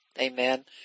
amen